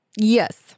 Yes